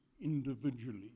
individually